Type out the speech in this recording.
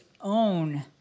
own